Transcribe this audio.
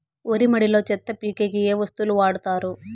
వరి మడిలో చెత్త పీకేకి ఏ వస్తువులు వాడుతారు?